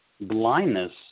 blindness